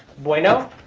bueno?